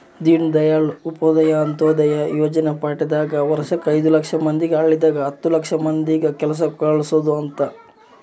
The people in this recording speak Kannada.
ದೀನ್ದಯಾಳ್ ಉಪಾಧ್ಯಾಯ ಅಂತ್ಯೋದಯ ಯೋಜನೆ ಪ್ಯಾಟಿದಾಗ ವರ್ಷಕ್ ಐದು ಲಕ್ಷ ಮಂದಿಗೆ ಹಳ್ಳಿದಾಗ ಹತ್ತು ಲಕ್ಷ ಮಂದಿಗ ಕೆಲ್ಸ ಕಲ್ಸೊದ್ ಅಂತ